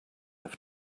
have